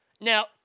Now